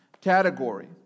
category